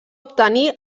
obtenir